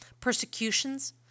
persecutions